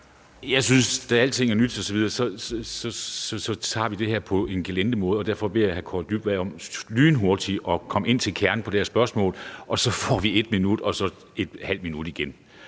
Jeg synes, at da alting er nyt osv., tager vi det her på en gelinde måde, og derfor beder jeg hr. Kaare Dybvad om lynhurtigt at komme ind til kernen af det her spørgsmål, og så bliver der 1 minut til